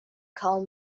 call